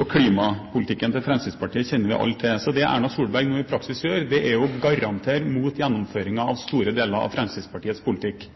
Og klimapolitikken til Fremskrittspartiet kjenner vi alle til. Det Erna Solberg nå i praksis gjør, er å garantere mot gjennomføringen av store deler av Fremskrittspartiets politikk.